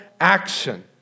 action